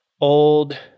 old –